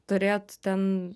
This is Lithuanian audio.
turėt ten